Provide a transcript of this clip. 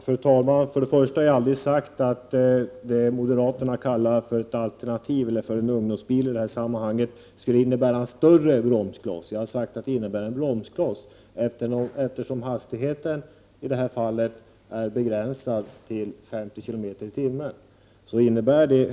Fru talman! Först och främst har jag aldrig sagt att det moderaterna kallar för en ungdomsbil skulle innebära en större bromskloss. Jag har sagt att den innebär en bromskloss eftersom hastigheten i det här fallet är begränsad till 50 kilometer i timmen.